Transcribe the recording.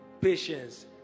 patience